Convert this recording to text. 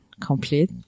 complete